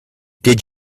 did